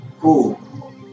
Cool